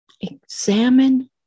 examine